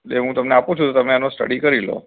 જે હું તમને આપું છું તમે એનો સ્ટડી કરી લો